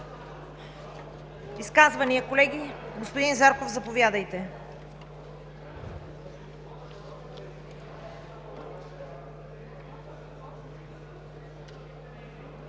Изказвания, колеги? Господин Зарков, заповядайте.